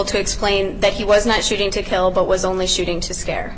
to explain that he was not shooting to kill but was only shooting to scare